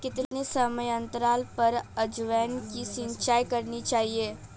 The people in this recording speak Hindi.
कितने समयांतराल पर अजवायन की सिंचाई करनी चाहिए?